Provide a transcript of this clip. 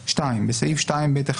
החמישית,"; בסעיף 2(ב1),